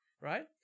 right